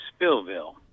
Spillville